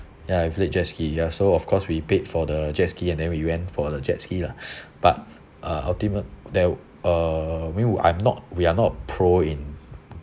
ya we played jet ski ya so of course we paid for the jet ski and then we went for the jet ski lah but uh ultimate there uh we will I'm not we are not pro in